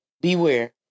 beware